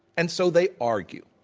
and so, they argue,